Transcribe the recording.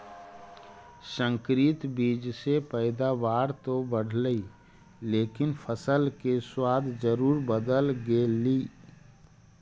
संकरित बीज से पैदावार तो बढ़लई लेकिन फसल के स्वाद जरूर बदल गेलइ